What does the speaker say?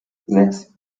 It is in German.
sechs